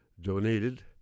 donated